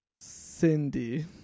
Cindy